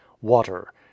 Water